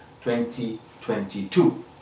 2022